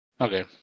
Okay